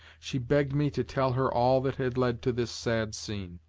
she begged me to tell her all that had led to this sad scene.